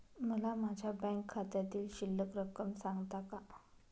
मला माझ्या बँक खात्यातील शिल्लक रक्कम सांगता का?